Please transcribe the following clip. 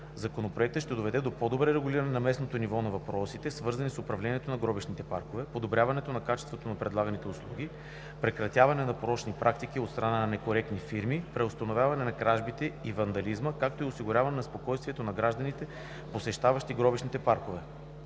Законопроектът ще доведе до по-добро регулиране на местно ниво на въпросите, свързани с управлението на гробищните паркове, подобряване на качеството на предлаганите услуги, прекратяване на порочни практики от страна на некоректни фирми, преустановяване на кражбите и вандализма, както и осигуряване на спокойствието на гражданите, посещаващи гробищните паркове.